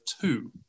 two